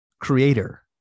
creator